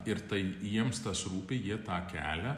ir tai jiems tas rūpi jie tą kelią